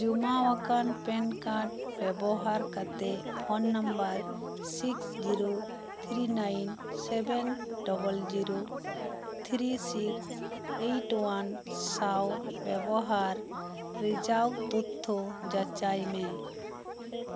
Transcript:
ᱡᱚᱢᱟᱣ ᱟᱠᱟᱱ ᱯᱮᱱᱠᱟᱨᱰ ᱵᱮᱵᱚᱦᱟᱨ ᱠᱟᱛᱮᱜ phone number six zero three nine seven double zero three six eight one ᱥᱟᱶ ᱵᱮᱵᱚᱦᱟᱨ ᱨᱮᱡᱟᱣ ᱛᱚᱛᱛᱷᱚ ᱡᱟᱪᱟᱭ ᱢᱮ